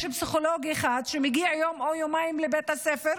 יש פסיכולוג אחד שמגיע יום או יומיים לבית הספר,